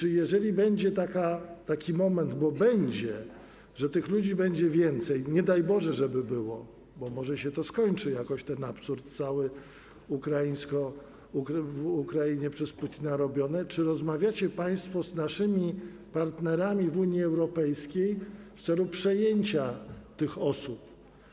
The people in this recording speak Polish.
I jeżeli będzie taki moment, a będzie, że tych ludzi będzie więcej - nie daj Boże, żeby było, może się to skończy jakoś, ten absurd cały w Ukrainie przez Putina robiony - czy rozmawiacie państwo z naszymi partnerami w Unii Europejskiej w celu przejęcia tych osób?